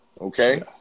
Okay